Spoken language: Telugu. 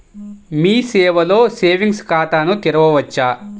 మీ సేవలో సేవింగ్స్ ఖాతాను తెరవవచ్చా?